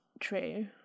true